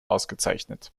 ausgezeichnet